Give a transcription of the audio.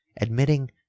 admitting